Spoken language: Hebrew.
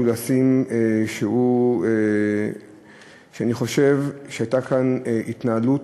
מבקש, אני חושב שהייתה כאן התנהלות,